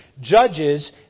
judges